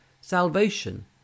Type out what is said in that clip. salvation